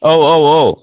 औ औ औ